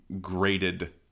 graded